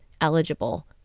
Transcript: eligible